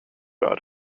about